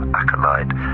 acolyte